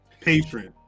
patron